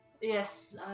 yes